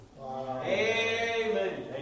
Amen